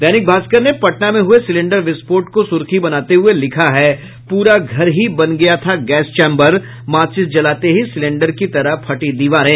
दैनिक भास्कर ने पटना में हुए सिलेंडर विस्फोट को सुर्खी बनाते हुए लिखा है पूरा घर ही बन गया था गैस चैम्बर माचीस जलाते ही सिलेंडर की तरह फटी दीवारें